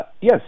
Yes